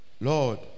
lord